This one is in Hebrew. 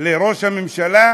על ראש הממשלה,